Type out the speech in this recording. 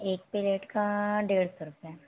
एक प्लेट का डेढ़ सौ रुपये